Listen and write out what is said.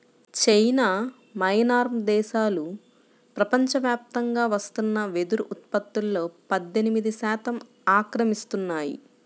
China, Myanmar దేశాలు ప్రపంచవ్యాప్తంగా వస్తున్న వెదురు ఉత్పత్తులో పద్దెనిమిది శాతం ఆక్రమిస్తున్నాయి